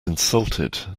insulted